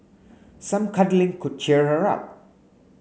some cuddling could cheer her up